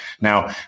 Now